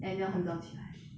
and 要很早起来